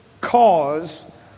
cause